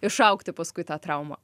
išaugti paskui tą traumą